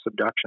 subduction